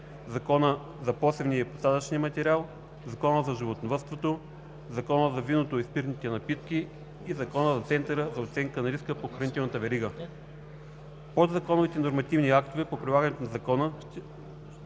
Закона за посевния и посадъчния материал, Закона за животновъдството, Закона за виното и спиртните напитки и Закона за Центъра за оценка на риска по хранителната верига. Подзаконовите нормативни актове по прилагането на Закона